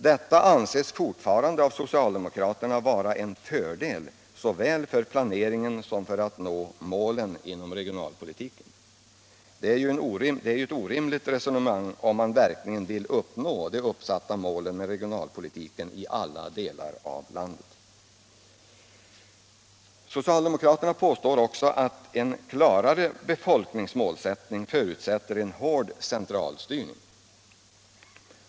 Detta anses fortfarande av socialdemokraterna vara en fördel såväl för planeringen som för att nå målen inom regionalpolitiken. Det är ju ett orimligt resonemang om man verkligen vill uppnå de uppsatta målen med regionalpolitiken i alla delar av landet. Socialdemokraterna påstår att en klarare befolkningsmålsättning förutsätter en hård centralstyrning.